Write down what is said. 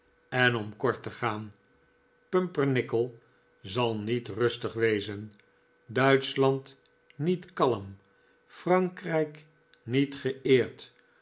en om kort te gaan pumpernickel zal niet rustig wezen duitschland niet kalm frankrijk niet geeerd